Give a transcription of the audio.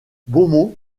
beaumont